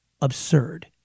absurd